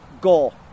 goal